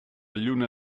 lluna